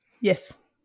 Yes